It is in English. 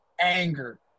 anger